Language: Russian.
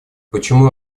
почему